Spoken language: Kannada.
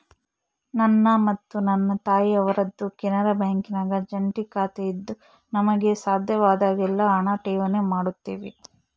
ನನ್ನ ಮತ್ತು ನನ್ನ ತಾಯಿಯವರದ್ದು ಕೆನರಾ ಬ್ಯಾಂಕಿನಾಗ ಜಂಟಿ ಖಾತೆಯಿದ್ದು ನಮಗೆ ಸಾಧ್ಯವಾದಾಗೆಲ್ಲ ಹಣ ಠೇವಣಿ ಮಾಡುತ್ತೇವೆ